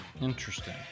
Interesting